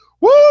Woo